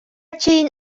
чейин